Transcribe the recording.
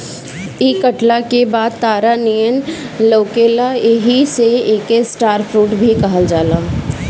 इ कटला के बाद तारा नियन लउकेला एही से एके स्टार फ्रूट भी कहल जाला